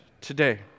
today